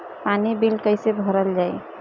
पानी बिल कइसे भरल जाई?